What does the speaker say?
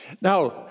Now